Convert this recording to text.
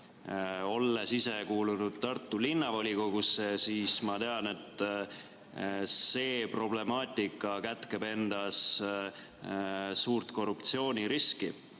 Olles ise kuulunud Tartu Linnavolikogusse, ma tean, et see problemaatika kätkeb endas suurt korruptsiooniriski,